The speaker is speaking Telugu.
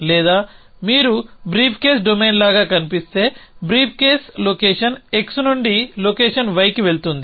లేదా మీరు బ్రీఫ్కేస్ డొమైన్ లాగా కనిపిస్తే బ్రీఫ్కేస్ లొకేషన్ x నుండి లొకేషన్ y కి వెళుతుంది